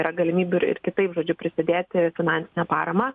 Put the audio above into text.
yra galimybių ir ir kitaip žodžiu prisidėti finansine parama